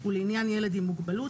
ולעניין ילד עם מוגבלות,